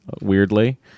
weirdly